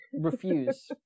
refuse